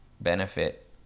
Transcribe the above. benefit